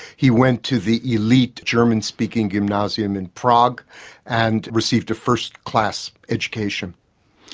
he went to the elite german-speaking gymnasium in prague and received a first-class education.